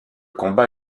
combat